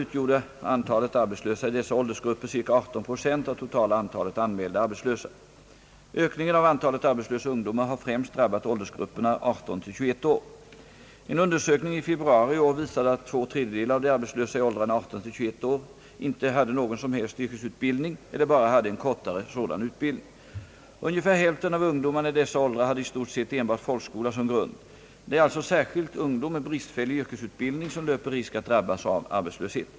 utgjorde antalet arbetslösa i dessa åldersgrupper cirka 18 procent av totala antalet anmälda arbetslösa. Ökningen av antalet arbetslösa ungdomar har främst drabbat åldersgrupperna 18—21 år. En undersökning i februari i år visade att två tredjedelar av de arbetslösa i åldrarna 18—21 år inte hade någon som helst yrkesutbildning eller bara hade en kortare sådan utbildning. Ungefär hälften av ungdomarna i dessa åldrar hade i stort sett enbart folkskola som grund. Det är alltså särskilt ungdom med bristfällig yrkesutbildning som löper risk att drabbas av arbetslöshet.